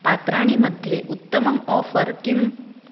पात्राणि मध्ये उत्तमम् आफ़र् किम्